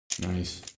Nice